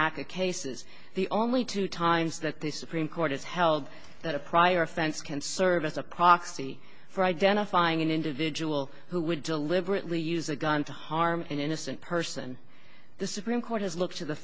aca cases the only two times that the supreme court has held that a prior offense can serve as a proxy for identifying an individual who would deliberately use a gun to harm an innocent person the supreme court has looked at the